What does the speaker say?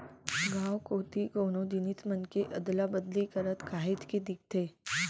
गाँव कोती कोनो जिनिस मन के अदला बदली करत काहेच के दिखथे